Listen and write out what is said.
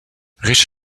riche